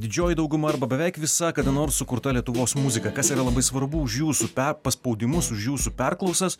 ant didžioji dauguma arba beveik visa kada nors sukurta lietuvos muzika kas yra labai svarbu už jūsų paspaudimus už jūsų perklausas